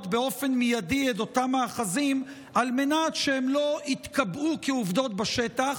באופן מיידי את אותם מאחזים על מנת שהם לא יתקבעו כעובדות בשטח,